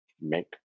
make